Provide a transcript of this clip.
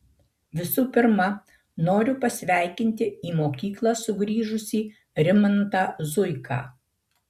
visų pirma noriu pasveikinti į mokyklą sugrįžusį rimantą zuiką